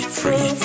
free